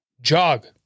jog